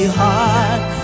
heart